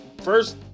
first